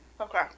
Okay